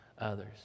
others